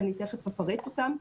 ואני תיכף אפרט אותם,